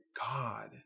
God